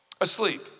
Asleep